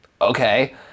okay